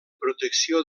protecció